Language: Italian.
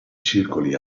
circoli